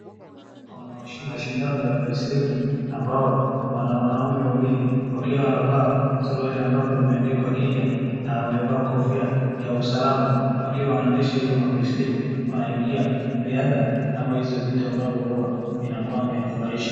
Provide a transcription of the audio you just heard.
Kuna mashindano ya baiskeli ambao wanaume wawili wakiwa wamevaa suruali ambapo imeandikwa Kenya na wamevaa kofia ya usalama wakiwa wanaendesha hiyo mabaiskeli wanaingia riadhaa ama hizo vitu huwa ambavyo huwa inakuaga inafurahisha.